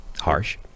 harsh